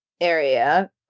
area